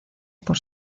por